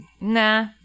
Nah